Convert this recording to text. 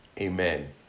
Amen